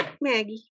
Maggie